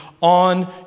on